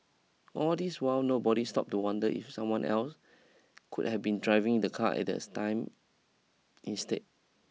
all this while nobody stopped to wonder if someone else could have been driving the car at the time instead